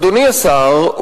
אדוני השר,